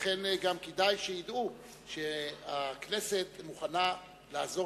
לכן גם כדאי שידעו שהכנסת מוכנה לעזור